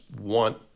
want